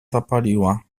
zapaliła